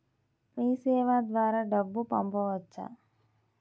మీసేవ ద్వారా డబ్బు పంపవచ్చా?